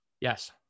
Yes